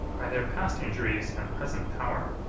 by their past injuries and present power,